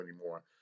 anymore